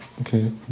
okay